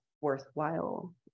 worthwhile